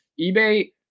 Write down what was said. eBay